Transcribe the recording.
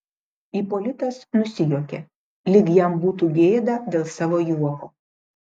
ipolitas nusijuokė lyg jam būtų gėda dėl savo juoko